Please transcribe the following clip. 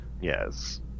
Yes